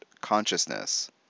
consciousness